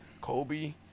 Kobe